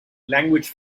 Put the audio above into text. language